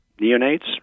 neonates